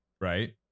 Right